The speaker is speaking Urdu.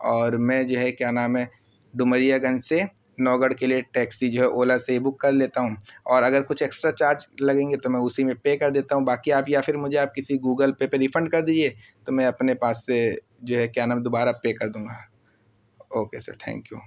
اور میں جو ہے کیا نام ہے ڈومریا گنج سے نوگڑھ کے لیے ٹیکسی جو ہے اولا سے ہی بک کر لیتا ہوں اور اگر کچھ ایکسٹرا چارج لگیں گے تو میں اسی میں پے کر دیتا ہوں باقی آپ یا پھر مجھے آپ کسی گوگل پے پہ ریفنڈ کر دیجیے تو میں اپنے پاس سے جو ہے کیا نام دوبارہ پے کر دوں گا اوکے سر تھینک یو